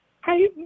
Hi